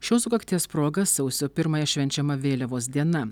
šios sukakties proga sausio pirmąją švenčiama vėliavos diena